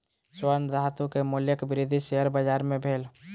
स्वर्ण धातु के मूल्यक वृद्धि शेयर बाजार मे भेल